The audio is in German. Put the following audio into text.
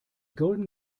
golden